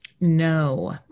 No